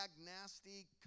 nasty